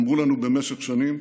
אמרו לנו במשך שנים: